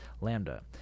Lambda